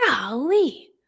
golly